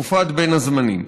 תקופת בין הזמנים.